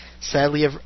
Sadly